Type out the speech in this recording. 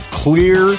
clear